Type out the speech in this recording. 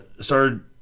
started